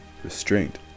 restraint